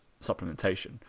supplementation